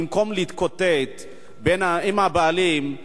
במקום להתקוטט עם הבעלים,